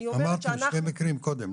אני אומרת ש --- אמרת שהיו שני מקרים קודם,